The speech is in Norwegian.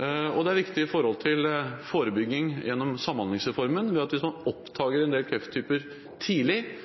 Og det er viktig når det gjelder forebygging gjennom samhandlingsreformen – hvis man oppdager en del krefttyper tidlig, vil man kunne øke helbredelsesprosenten voldsomt. Så